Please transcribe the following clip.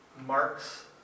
marks